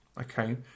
okay